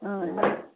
ಹಾಂ hello sir